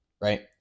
right